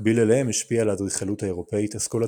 במקביל אליהם השפיעה על האדריכלות האירופאית אסכולת